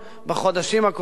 בחודשים הקרובים,